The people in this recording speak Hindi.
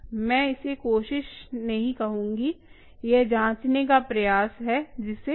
मैं इसे कोशिश नहीं कहूँगी यह जांचने का प्रयास है जिसे फिक्स किया जा सकता है